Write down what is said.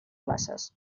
places